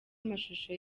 amashusho